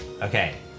Okay